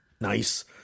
Nice